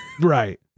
right